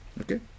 Okay